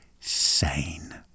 sane